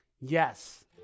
Yes